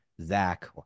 Zach